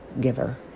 giver